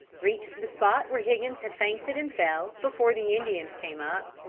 reached the spot where higgins had fainted and fell, before the indians came up,